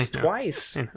twice